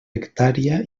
hectàrea